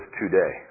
today